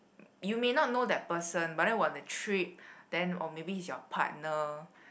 you may not know that person but then on the trip then or maybe is your partner